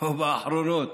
או באחרונות,